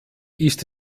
ist